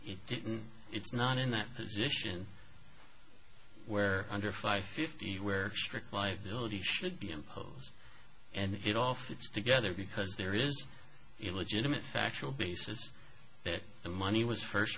it didn't it's not in that position where under five fifty where strict liability should be imposed and it all fits together because there is a legitimate factual basis that the money was first